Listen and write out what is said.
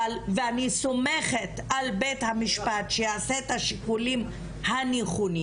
ואני סומכת על בית המשפט שיעשה את השיקולים הנכונים